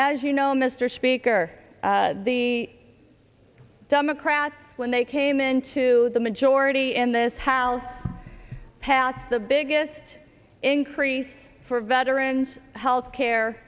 as you know mr speaker the democrats when they came into the majority in this house passed the biggest increase for veterans health care